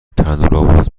تنورآواز